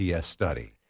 study